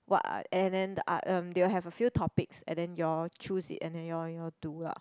what art and then the art um they will have a few topics and then you all choose it and then you all you all do lah